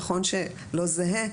נכון שלא זהה,